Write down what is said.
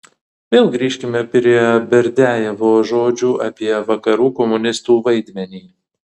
vėl grįžkime prie berdiajevo žodžių apie vakarų komunistų vaidmenį